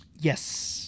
yes